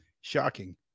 shocking